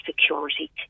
security